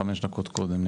חמש דקות קודם,